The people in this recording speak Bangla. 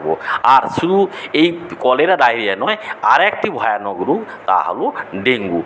আর শুধু এই কলেরা ডায়রিয়া নয় আরেকটি ভয়ানক রোগ তা হল ডেঙ্গু